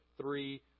three